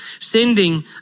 Sending